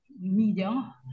media